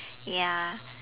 ya